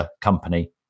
company